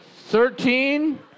Thirteen